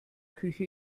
küche